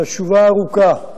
והתשובה ארוכה.